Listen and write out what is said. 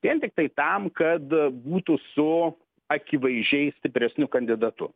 vien tiktai tam kad būtų su akivaizdžiai stipresniu kandidatu